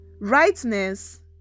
rightness